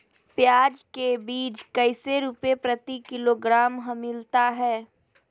प्याज के बीज कैसे रुपए प्रति किलोग्राम हमिलता हैं?